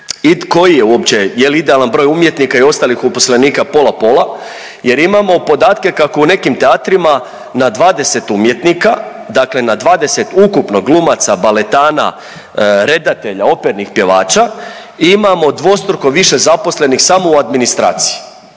koji je uopće, je li idealan broj umjetnika i ostalih uposlenika pola-pola jer imamo podatke kako u nekim teatrima na 20 umjetnika, dakle na 20 ukupno glumaca, baletana, redatelja, opernih pjevača imamo dvostruko više zaposlenih samo u administraciji,